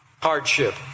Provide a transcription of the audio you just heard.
hardship